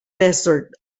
desert